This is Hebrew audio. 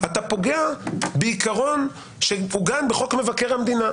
אתה פוגע בעיקרון שעוגן בחוק מבקר המדינה,